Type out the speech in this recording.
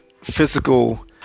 physical